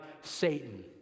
Satan